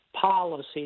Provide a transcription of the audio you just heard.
policy